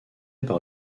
par